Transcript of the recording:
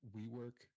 WeWork